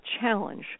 challenge